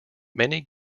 many